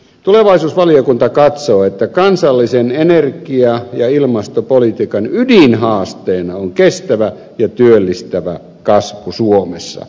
tulevaisuusvaliokunta katsoo että kansallisen energia ja ilmastopolitiikan ydinhaasteena on kestävä ja työllistävä kasvu suomessa